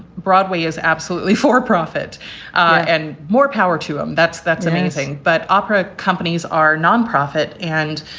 broadway is absolutely for profit and more power to them. that's that's amazing. but opera companies are non-profit. and,